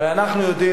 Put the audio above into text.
הרי אנחנו יודעים,